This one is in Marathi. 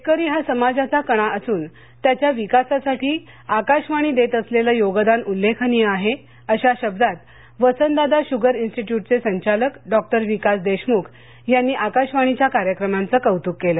शेतकरी हा समाजाचा कणा असून त्याच्या विकासासाठी आकाशवाणी देत असलेले योगदान उल्लेखनीय आहे अशा शब्दांत वसंतदादा श्गर इन्स्टीट्स्टचे संचालक डॉक्टर विकास देशमुख यांनी आकाशवाणीच्या कार्यक्रमांचं कौतुक केलं